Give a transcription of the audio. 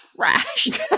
trashed